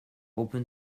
open